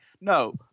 No